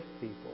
people